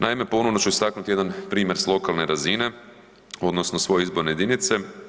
Naime, ponovno ću istaknuti jedan primjer s lokalne razine, odnosno svoje izborne jedinice.